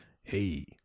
hey